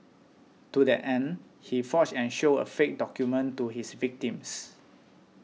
to that end he forged and showed a fake document to his victims